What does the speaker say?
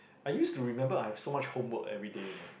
I used to remember I've so much homework everyday you know